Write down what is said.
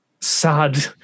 sad